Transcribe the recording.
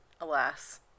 alas